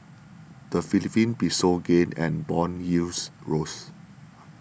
the Philippine Peso gained and bond yields rose